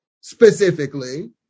specifically